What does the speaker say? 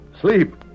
Sleep